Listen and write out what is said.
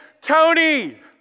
Tony